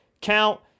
count